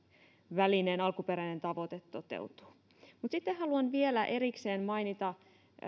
välineen alkuperäinen tavoite toteutuu mutta sitten haluan vielä erikseen mainita